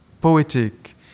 poetic